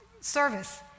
service